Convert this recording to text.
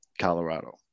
Colorado